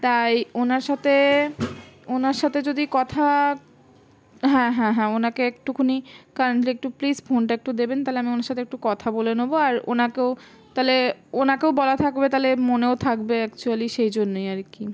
তাই ওনার সাথে ওনার সাথে যদি কথা হ্যাঁ হ্যাঁ হ্যাঁ ওনাকে একটুকুনি কাইন্ডলি একটু প্লিজ ফোনটা একটু দেবেন তালে আমি ওনার সাথে একটু কথা বলে নেবো আর ওনাকেও তাহলে ওনাকেও বলা থাকবে তাহলে মনেও থাকবে অ্যাকচুয়ালি সেই জন্যই আর কি